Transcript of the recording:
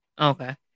Okay